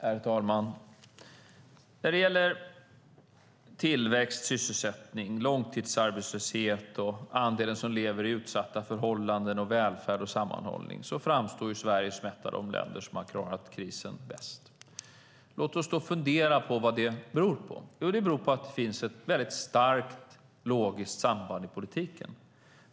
Herr talman! När det gäller tillväxt, sysselsättning, långtidsarbetslöshet, andel som lever under utsatta förhållanden, välfärd och sammanhållning framstår Sverige som ett av de länder som har klarat krisen bäst. Låt oss fundera på vad det beror på. Jo, det beror på att det finns ett väldigt starkt logiskt samband i politiken.